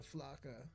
Flocka